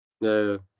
No